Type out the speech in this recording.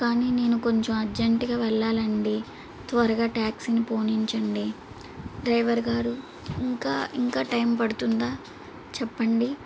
కానీ నేను కొంచెం అర్జెంట్గా వెళ్ళాలి అండి త్వరగా ట్యాక్సీని పోనించండి డ్రైవర్ గారు ఇంకా ఇంకా టైం పడుతుందా చెప్పండి